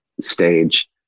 stage